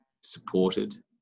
supported